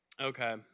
Okay